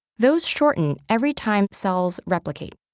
those shorten every time cells replicate.